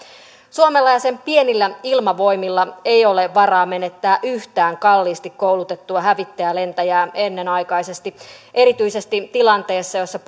suomella ja sen pienillä ilmavoimilla ei ole varaa menettää yhtään kalliisti koulutettua hävittäjälentäjää ennenaikaisesti erityisesti tilanteessa jossa